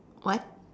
what